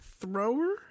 thrower